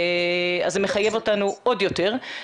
אז זה מחייב אותנו עוד יותר.